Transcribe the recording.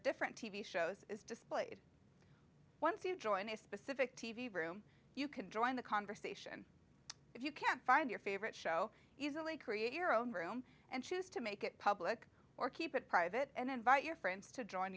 different t v shows is displayed once you join a specific t v room you can join the conversation if you can't find your favorite show easily create your own room and choose to make it public or keep it private and invite your friends to join